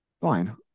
Fine